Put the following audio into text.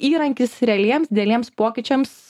įrankis realiems dideliems pokyčiams